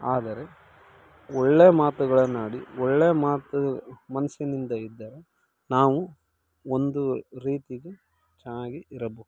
ಆದರೆ ಒಳ್ಳೆಯ ಮಾತುಗಳನ್ನಾಡಿ ಒಳ್ಳೆಯ ಮಾತು ಮನಸ್ಸಿನಿಂದ ಇದ್ದರೆ ನಾವು ಒಂದು ರೀತೀಲಿ ಚೆನ್ನಾಗಿ ಇರಬಹುದು